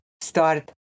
start